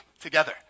together